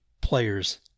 players